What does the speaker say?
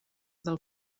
del